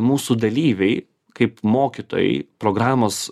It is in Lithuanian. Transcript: mūsų dalyviai kaip mokytojai programos